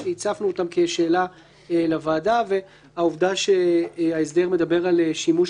שהצפנו אותם כשאלה לוועדה והעובדה שההסדר מדבר על שימוש